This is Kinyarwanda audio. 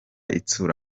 itsura